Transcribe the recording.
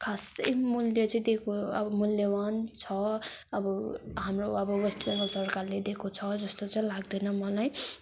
खासै मूल्य चाहिँ दिएको अब मूल्यवान छ अब हाम्रो अब वेस्ट बेङ्गाल सरकारले दिएको छ जस्तो चाहिँ लाग्दैन मलाई